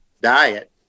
diet